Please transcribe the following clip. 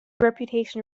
reputation